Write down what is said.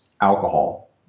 alcohol